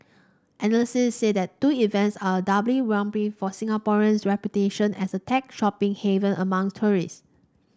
analysts said the two events are a double whammy for Singapore's reputation as a tech shopping haven among tourist